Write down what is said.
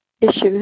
issues